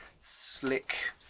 slick